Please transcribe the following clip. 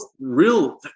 real